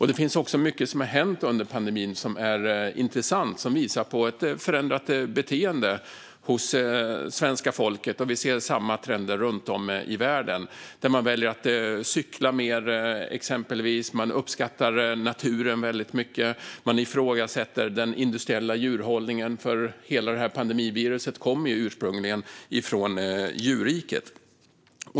Under pandemin har det också hänt mycket intressant som visar på ett förändrat beteende hos svenska folket. Vi ser samma trender runt om i världen. Man väljer exempelvis att cykla mer, man uppskattar naturen väldigt mycket och man ifrågasätter den industriella djurhållningen. Pandemiviruset kommer ju ursprungligen från djurriket.